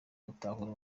gutahura